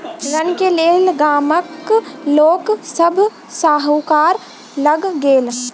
ऋण के लेल गामक लोक सभ साहूकार लग गेल